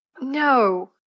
No